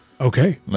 Okay